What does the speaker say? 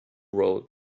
road